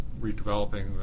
redeveloping